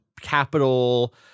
capital